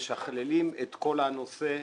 כשמשקללים את כל הנושא.